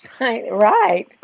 Right